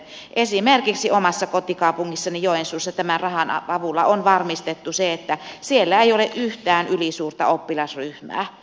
esimerkiksi omassa kotikaupungissani joensuussa tämän rahan avulla on varmistettu se että siellä ei ole yhtään ylisuurta oppilasryhmää